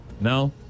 No